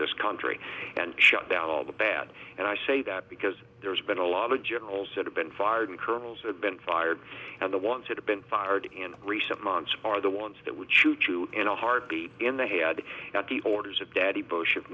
this country and shut down all the bad and i say that because there's been a lot of generals that have been fired and colonels have been fired and the ones that have been fired in recent months are the ones that would choo choo in a heartbeat in they had the orders of daddy bush if